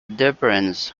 difference